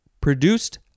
produced